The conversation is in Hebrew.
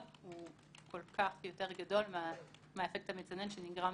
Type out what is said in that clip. הוא כל כך יותר גדול מהאפקט המצנן שנגרם